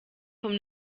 vom